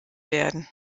werden